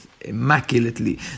immaculately